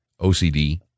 OCD